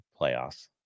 playoffs